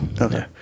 Okay